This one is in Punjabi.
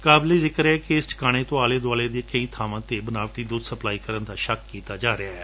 ਕਾਬਲੇ ਜ਼ਿਕਰ ਏ ਕਿ ਇਸ ਠਿਕਾਣੇ ਤੋਂ ਆਲੇ ਦੁਆਲੇ ਦੀਆਂ ਕਈ ਬਾਵਾਂ ਤੇ ਬਨਾਵਟੀ ਦੁੱਧ ਸਪਲਾਈ ਕਰਨ ਦਾ ਸ਼ਕ ਕੀਤਾ ਜਾ ਰਿਹੈ